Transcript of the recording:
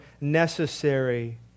necessary